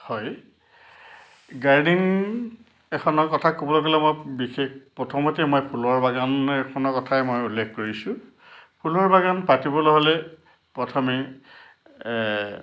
হয় গাৰ্ডেন এখনৰ কথা ক'বলৈ গ'লে মই বিশেষ প্ৰথমতে মই ফুলৰ বাগান এখনৰ কথাই মই উল্লেখ কৰিছোঁ ফুলৰ বাগান পাতিবলৈ হ'লে প্ৰথমে